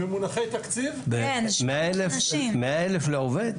מאה אלף לעובד?